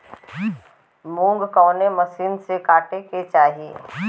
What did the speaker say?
मूंग कवने मसीन से कांटेके चाही?